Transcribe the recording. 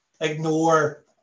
ignore